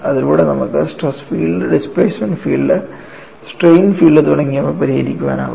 അതിലൂടെ നമുക്ക് stress field displacement field strain field തുടങ്ങിയവ പരിഹരിക്കാനാകും